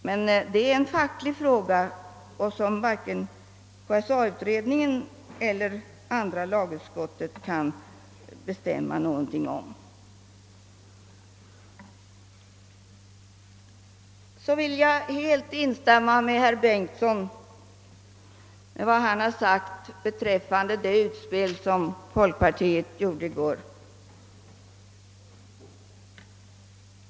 Detta är emellertid en facklig fråga, som varken KSA utredningen eller andra lagutskottet kan bestämma någonting om. Jag vill helt instämma i herr Bengtssons i Varberg uttalande rörande det utspel som folkpartiet gjorde i går.